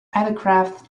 autograph